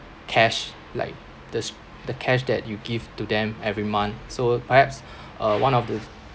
cash like this the cash that you give to them every month so perhaps uh one of the